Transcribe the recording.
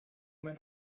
mein